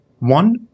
One